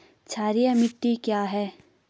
क्षारीय मिट्टी क्या है?